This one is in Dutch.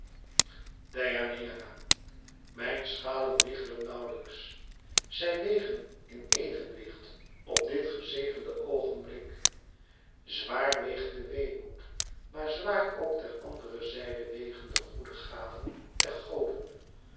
deianeira mijn schalen wiegelen nauwlijks zij wegen in evenwicht op dit gezegende oogenblik zwaar weegt de weemoed maar zwaar ook ter andere zijde wegen de goede gaven der goden